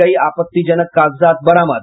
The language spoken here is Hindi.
कई आपत्तिजनक कागजात बरामद